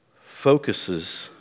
focuses